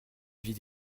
vie